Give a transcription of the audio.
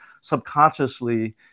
subconsciously